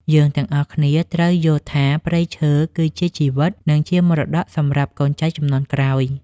យើងទាំងអស់គ្នាត្រូវយល់ថាព្រៃឈើគឺជាជីវិត និងជាមរតកសម្រាប់កូនចៅជំនាន់ក្រោយ។